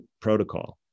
protocol